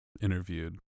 interviewed